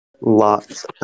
Lots